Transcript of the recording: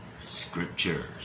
scriptures